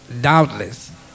Doubtless